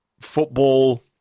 football